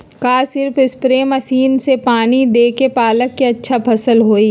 का सिर्फ spray machine से पानी देके पालक के अच्छा फसल होई?